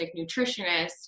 nutritionist